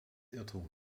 irrtum